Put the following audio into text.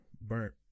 burnt